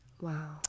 Wow